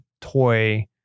toy